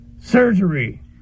surgery